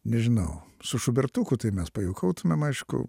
nežinau su šubertuku tai mes pajuokautumėm aišku